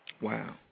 Wow